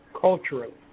culturally